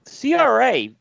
CRA